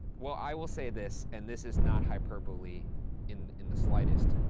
well, i will say this, and this is not hyperbole in in the slightest,